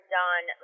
done